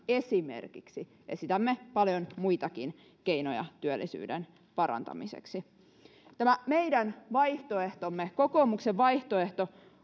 esimerkiksi esitämme paljon muitakin keinoja työllisyyden parantamiseksi tämä meidän vaihtoehtomme kokoomuksen vaihtoehto